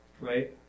right